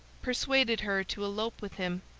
persuaded her to elope with him,